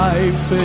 Life